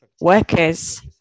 workers